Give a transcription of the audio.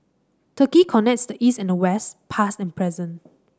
Turkey connects the East and the West past and present